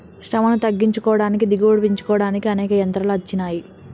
శ్రమను తగ్గించుకోడానికి దిగుబడి పెంచుకోడానికి అనేక యంత్రాలు అచ్చినాయి